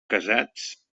casats